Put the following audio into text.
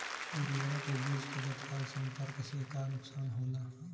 उर्वरक व बीज के तत्काल संपर्क से का नुकसान होला?